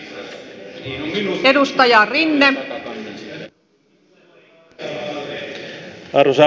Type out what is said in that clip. arvoisa puhemies